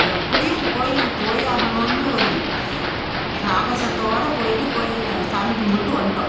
எப்படியும் கோவிலுக்கு போயே ஆகணுனு ஒரு சாகசத்தோடய போயிட்டு கோவில்ல சாமி கும்பிட்டு வந்துட்டோம்